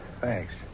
thanks